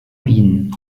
bienen